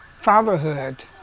fatherhood